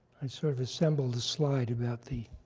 i sort of assembled the slide about the